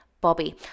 Bobby